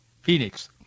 Phoenix